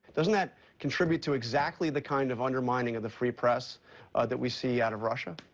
doesn't that contribute to exactly the kind of undermining of the free press that we see out of russia?